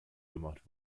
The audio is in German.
gemacht